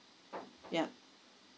yup